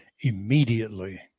immediately